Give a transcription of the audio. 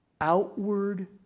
outward